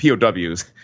POWs